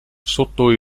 sotto